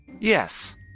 Yes